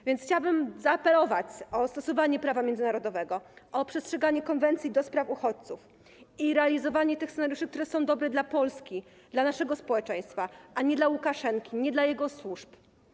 A więc chciałabym zaapelować o stosowanie prawa międzynarodowego, o przestrzeganie konwencji dotyczącej uchodźców i realizowanie tych scenariuszy, które są dobre dla Polski, dla naszego społeczeństwa, a nie dla Łukaszenki, nie dla jego służb.